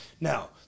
now